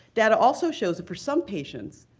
data also shows that for some patients,